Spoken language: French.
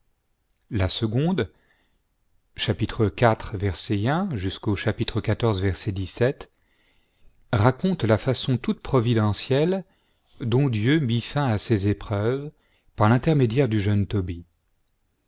la seconde iv xiv raconte la façon toute providentielle dont dieu mit fm à ces épreuves par l'intermédiaire du jeune tobie